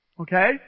Okay